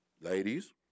ladies